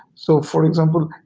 so for example,